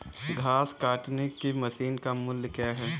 घास काटने की मशीन का मूल्य क्या है?